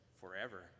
forever